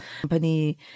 company